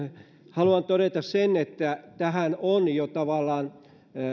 haluan todeta sen että tähän on tavallaan